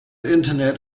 internet